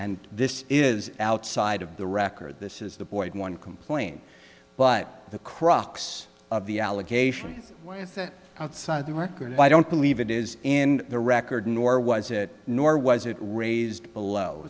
and this is outside of the record this is the boy one complaint but the crux of the allegations outside of the record i don't believe it is in the record nor was it nor was it raised below